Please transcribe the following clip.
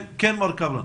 כן מר קפלן.